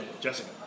Jessica